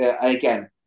again